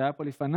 שהיה פה לפניי,